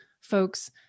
folks